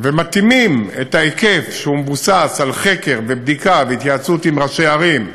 ומתאימים את ההיקף שמבוסס על חקר ובדיקה והתייעצות עם ראשי ערים,